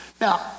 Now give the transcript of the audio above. Now